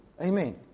Amen